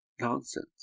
nonsense